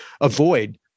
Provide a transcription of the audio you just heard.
avoid